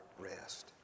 rest